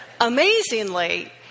Amazingly